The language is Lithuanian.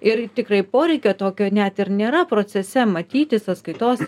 ir tikrai poreikio tokio net ir nėra procese matyti sąskaitos